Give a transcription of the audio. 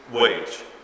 wage